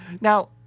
Now